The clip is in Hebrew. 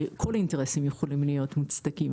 וכל האינטרסים יכולים להיות מוצדקים,